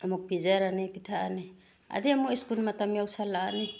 ꯑꯃꯨꯛ ꯄꯤꯖꯔꯅꯤ ꯄꯤꯊꯛꯑꯅꯤ ꯑꯗꯩ ꯑꯃꯨꯛ ꯏꯁꯀꯨꯟ ꯃꯇꯝ ꯌꯧꯁꯤꯟꯂꯛꯑꯅꯤ